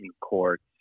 courts